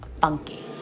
funky